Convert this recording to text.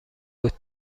بود